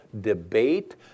debate